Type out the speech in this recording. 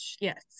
yes